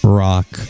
rock